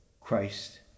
Christ